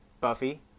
Buffy